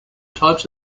types